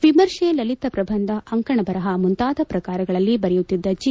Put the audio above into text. ವಿಮರ್ಶೆ ಲಲಿತ ಪ್ರಬಂಧಅಂಕಣ ಬರಪ ಮುಂತಾದ ಪ್ರಕಾರಗಳಲ್ಲಿ ಬರೆಯುತ್ತಿದ್ದ ಜಿ